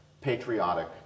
patriotic